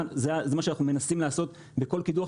זה מה שאנחנו מנסים לעשות בכל קידוח,